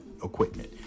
equipment